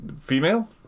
Female